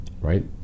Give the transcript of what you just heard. right